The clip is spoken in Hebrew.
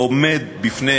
עומד בפני